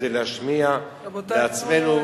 כדי להשמיע לעצמנו,